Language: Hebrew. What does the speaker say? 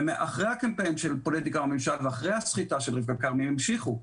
אחרי הקמפיין של פוליטיקה וממשל ואחרי הסחיטה של רבקה כרמי הם המשיכו.